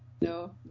No